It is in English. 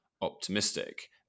optimistic